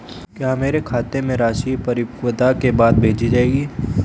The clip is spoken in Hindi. क्या मेरे खाते में राशि परिपक्वता के बाद भेजी जाएगी?